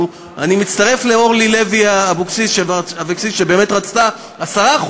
אני מצטרף לאורלי לוי אבקסיס, שבאמת רצתה 10%,